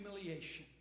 humiliation